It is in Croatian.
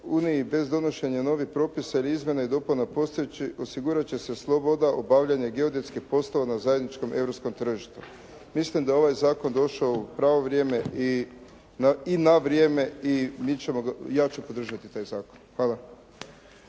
uniji bez donošenja novih propisa ili izmjena i dopuna postojećih osigurat će se sloboda obavljanja geodetskih poslova na zajedničkom europskom tržištu. Mislim da je ovaj zakon došao u pravo vrijeme i na vrijeme. Ja ću podržati taj zakon. Hvala.